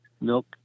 milk